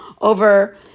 over